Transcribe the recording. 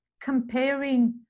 comparing